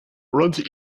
runs